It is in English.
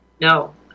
no